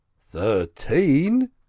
thirteen